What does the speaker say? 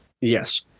Yes